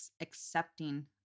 accepting